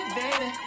baby